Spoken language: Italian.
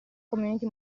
community